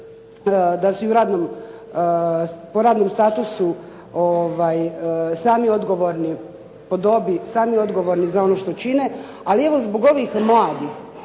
po dobi, sami odgovorni za ono što čine, ali evo zbog ovih mladih,